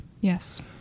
Yes